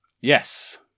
Yes